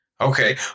Okay